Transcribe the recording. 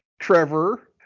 Trevor